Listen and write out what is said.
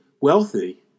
wealthy